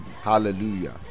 Hallelujah